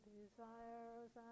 desires